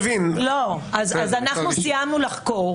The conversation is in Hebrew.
כשאנחנו מסיימים לחקור